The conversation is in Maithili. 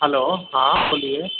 हैलो हँ बोलिये